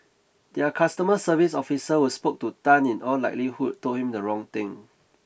their customer service officer who spoke to Tan in all likelihood told him the wrong thing